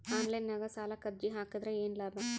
Online ನಾಗ್ ಸಾಲಕ್ ಅರ್ಜಿ ಹಾಕದ್ರ ಏನು ಲಾಭ?